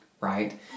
right